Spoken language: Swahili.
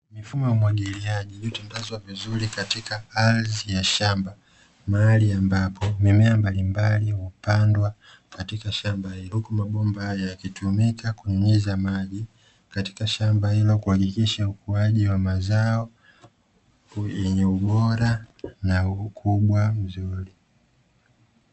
Mfumo wa umwagiliaji umetandazwa vizuri katika ardhi ya shamba, mahali ambapo mimea mbalimbali hupandwa katika shamba hili , huku mabomba haya hutumika kunyunyiza maji katika shamba hilo , kuhakikisha ukuaji wa mazao yenye ubora na ukubwa mzuri.